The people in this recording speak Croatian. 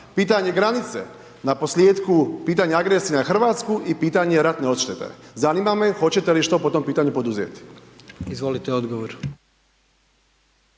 pitanje granice, na posljetku pitanje agresije na Hrvatsku i pitanje ratne odštete, zanima me hoćete li što po tom pitanju poduzeti? **Jandroković,